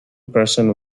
person